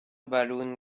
balloon